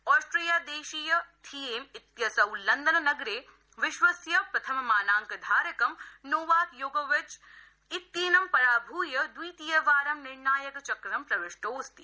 आस्ट्रिया देशीय थियेम् इत्यसौ लंदन नगरे विश्वस्य प्रथम मानाङ्कधारकं नोवाक् योकोविच् इत्येनं पराभूय द्वितीयवारं निर्णायकचक्रं प्रविष्टोऽस्ति